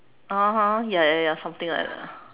(uh huh) ya ya ya something like that